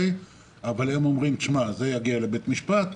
אבל הם אומרים: זה יגיע לבית משפט,